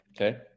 Okay